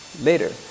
later